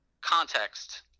context